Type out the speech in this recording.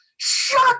Shut